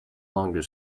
longer